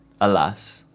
Alas